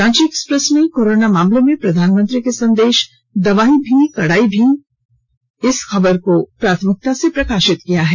Ranchi Express ने corona मामले में प्रधानमंत्री के संदेश दवाई भी कड़ाई भी के पालन की खबर को प्राथमिकता से प्रकाशित किया है